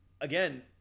again